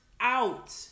out